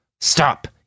Stop